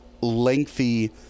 lengthy